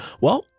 Well